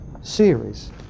series